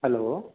hello